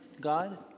God